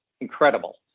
incredible